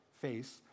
face